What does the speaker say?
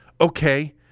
Okay